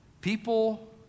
People